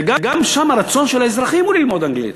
וגם שם הרצון של האזרחים הוא ללמוד אנגלית.